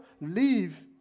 leave